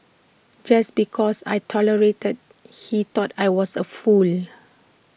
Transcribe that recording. just because I tolerated he thought I was A fool